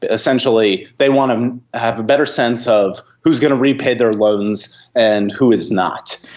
essentially they want to have a better sense of who is going to repay their loans and who is not.